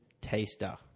taster